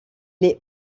les